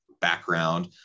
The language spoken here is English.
background